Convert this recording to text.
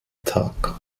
tag